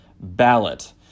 ballot